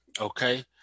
okay